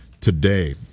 today